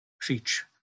preach